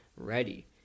ready